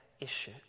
issue